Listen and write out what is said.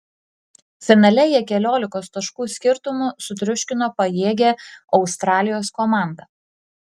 finale jie keliolikos taškų skirtumu sutriuškino pajėgią australijos komandą